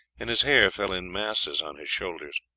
and his hair fell in masses on his shoulders.